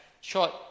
short